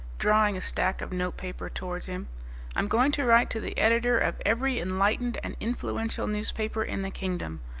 drawing a stack of notepaper towards him i'm going to write to the editor of every enlightened and influential newspaper in the kingdom,